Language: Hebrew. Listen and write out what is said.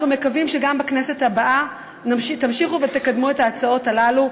אנחנו מקווים שגם בכנסת הבאה תמשיכו ותקדמו את ההצעות הללו,